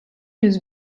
yüz